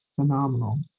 phenomenal